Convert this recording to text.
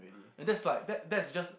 and that's like that that's just